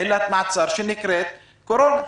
עצמאית שנקראת קורונה.